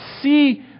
see